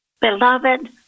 Beloved